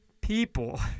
people